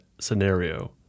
scenario